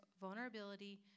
vulnerability